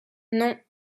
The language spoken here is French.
non